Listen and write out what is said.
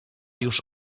już